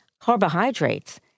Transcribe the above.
carbohydrates